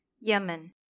Yemen